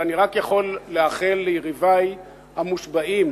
ואני יכול רק לאחל ליריבי המושבעים